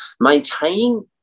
Maintaining